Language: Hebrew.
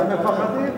הם מפחדים.